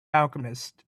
alchemist